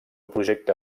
projecte